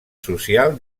social